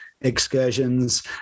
excursions